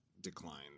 decline